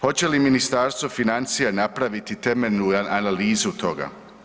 Hoće li Ministarstvo financija napraviti temeljnu analizu toga?